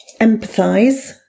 empathise